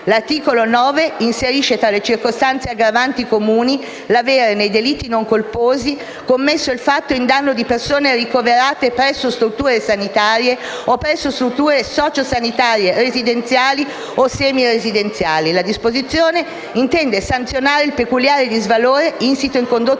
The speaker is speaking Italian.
L'articolo 9 inserisce tra le circostanze aggravanti comuni l'avere, nei delitti non colposi, commesso il fatto in danno di persone ricoverate presso strutture sanitarie o presso strutture sociosanitarie residenziali o semiresidenziali. La disposizione intende sanzionare il peculiare disvalore insito in condotte